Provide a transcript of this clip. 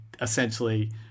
essentially